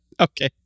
Okay